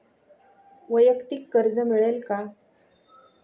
वैयक्तिक कर्ज मिळेल का?